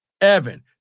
Evan